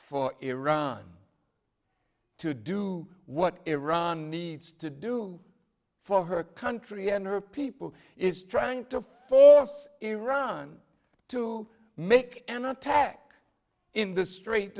for iran to do what iran needs to do for her country and her people is trying to force iran to make an attack in the str